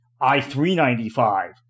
I-395